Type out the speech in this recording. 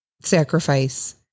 sacrifice